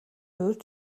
урьд